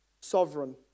sovereign